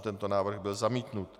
Tento návrh byl zamítnut.